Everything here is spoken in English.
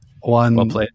One